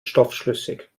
stoffschlüssig